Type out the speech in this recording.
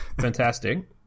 Fantastic